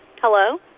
Hello